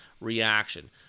reaction